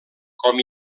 com